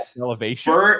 elevation